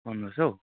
पन्ध्र सय